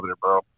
bro